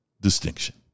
distinction